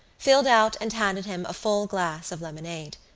filled out and handed him a full glass of lemonade.